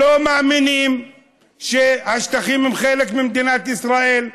לא מאמינים שהשטחים הם חלק ממדינת ישראל,